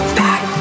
back